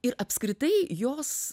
ir apskritai jos